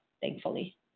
thankfully